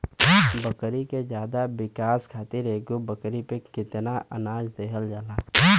बकरी के ज्यादा विकास खातिर एगो बकरी पे कितना अनाज देहल जाला?